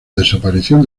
desaparición